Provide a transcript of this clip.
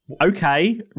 Okay